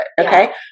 Okay